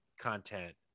content